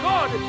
God